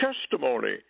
testimony